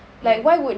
mm